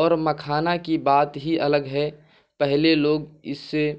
اور مکھانا کی بات ہی الگ ہے پہلے لوگ اس سے